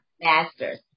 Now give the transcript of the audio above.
master's